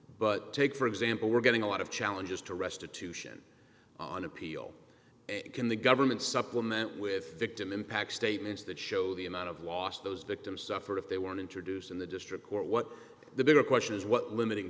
but take for example we're getting a lot of challenges to restitution on appeal and can the government supplement with victim impact statements that show the amount of loss those victims suffered if they were introduced in the district court what the bigger question is what limiting